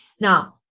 now